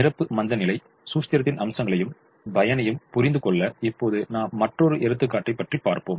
நிரப்பு மந்தநிலை சூஸ்திரத்தின் அம்சங்களையும் பயனையும் புரிந்துகொள்ள இப்போது நாம் மற்றொரு எடுத்துக்காட்டை பற்றி பார்ப்போம்